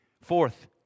Fourth